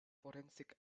forensic